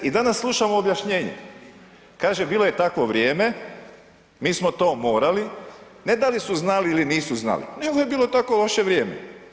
I danas slušamo objašnjenje, kaže bilo je takvo vrijeme, mi smo to morali, ne da li su znali ili nisu znali nego je bilo tako loše vrijeme.